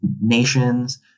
nations